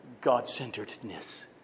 God-centeredness